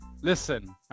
listen